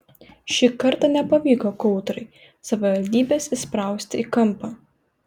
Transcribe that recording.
šį kartą nepavyko kautrai savivaldybės įsprausti į kampą